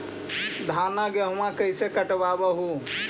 धाना, गेहुमा कैसे कटबा हू?